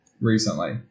recently